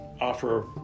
offer